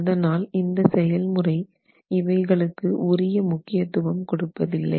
அதனால் இந்த செயல்முறை இவைகளுக்கு உரிய முக்கியத்துவம் கொடுப்பதில்லை